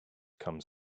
comes